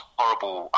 horrible